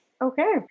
Okay